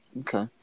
okay